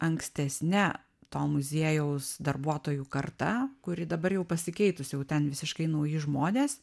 ankstesne to muziejaus darbuotojų karta kuri dabar jau pasikeitus jau ten visiškai nauji žmonės